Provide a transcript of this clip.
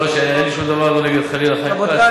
אין לי שום דבר, חלילה, נגד אף אחד.